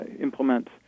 implement